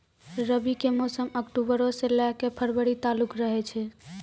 रबी के मौसम अक्टूबरो से लै के फरवरी तालुक रहै छै